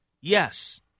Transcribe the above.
Yes